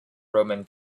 roman